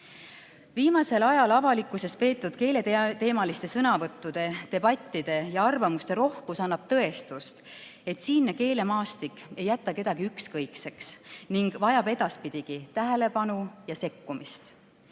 Viimasel ajal avalikkuses peetud keeleteemaliste sõnavõttude, debattide ja arvamuste rohkus annab tõestust, et siinne keelemaastik ei jäta kedagi ükskõikseks ning vajab edaspidigi tähelepanu ja sekkumist.